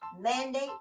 mandate